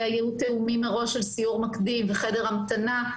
שהיו תיאומים מראש על סיור מקדים וחדר המתנה.